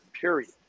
period